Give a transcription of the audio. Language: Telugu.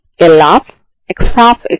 అప్పుడు సమీకరణం ఏమవుతుంది